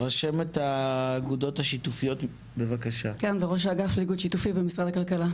רשמת האגודות השיתופיות וראש האגף לאיגוד שיתופי במשרד הכלכלה.